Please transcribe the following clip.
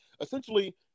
essentially